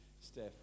Steph